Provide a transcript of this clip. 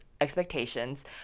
expectations